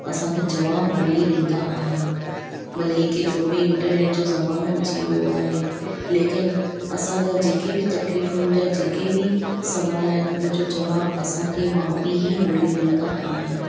असां खे जवाब ॻोल्हे ॾींदा आहिनि भले ही केतिरो बि इंटरनेट जो ज़मानो अची वियो आहे लेकिन असां जा जेके बि तकलीफ़ुनि जा जेके बि सवाल आहिनि हुन जो जवाब असां खे माउ पीउ ही ॻोल्हे ॾींदा आहिनि